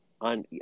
on